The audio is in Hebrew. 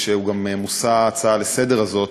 שהוא גם נושא ההצעה לסדר-היום הזאת,